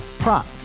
Prop